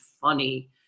funny